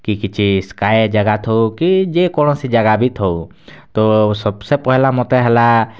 କି କିଛି ସ୍କାଏ ଜାଗା ଥାଉ କି ଯେକୌଣସି ଜାଗା ବି ଥାଉ ତ ସବ୍ସେ ପହିଲା ମୋତେ ହେଲା